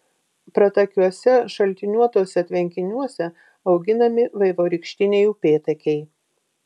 pratakiuose šaltiniuotuose tvenkiniuose auginami vaivorykštiniai upėtakiai